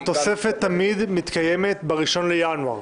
התוספת תמיד מתקיימת ב-1 בינואר.